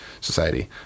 Society